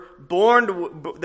born